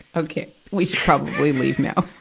okay. we should probably leave now.